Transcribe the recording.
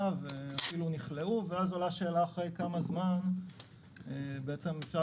ואפילו נכלאו ואז עולה השאלה אחרי כמה זמן בעצם אפשר